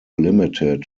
limited